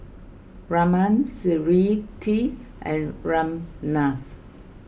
Raman Smriti and Ramnath